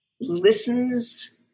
listens